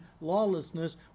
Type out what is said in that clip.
Lawlessness